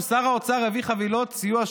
ששר האוצר יביא חבילות סיוע,